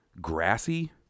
grassy